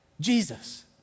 Jesus